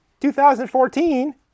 2014